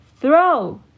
Throw